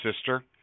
sister